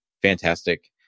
fantastic